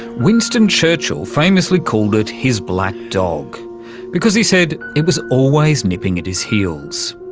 winston churchill famously called it his black dog because he said it was always nipping at his heels.